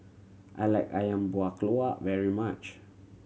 I like Ayam Buah Keluak very much